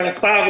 קרפ"ר,